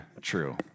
true